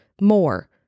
more